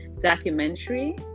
documentary